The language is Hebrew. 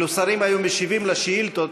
אילו שרים היו משיבים על שאילתות,